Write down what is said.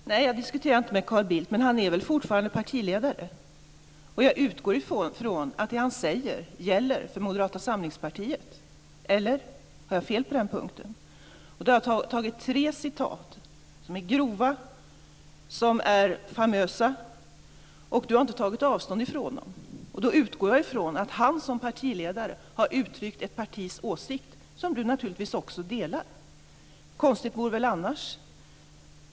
Fru talman! Nej, jag diskuterar inte med Carl Bildt, men han är väl fortfarande partiledare. Jag utgår från att det han säger gäller för Moderata samlingspartiet, eller har jag fel på den punkten? Jag har tagit upp tre citat som är grova, som är famösa, och Sten Tolgfors har inte tagit avstånd från dem. Då utgår jag från att Carl Bildt som partiledare har uttryckt ett partis åsikt, en åsikt som Sten Tolgfors naturligtvis också delar. Konstigt vore det väl annars.